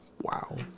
Wow